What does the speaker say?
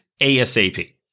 ASAP